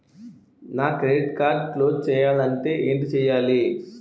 నా credit card close చేయాలంటే ఏంటి చేయాలి?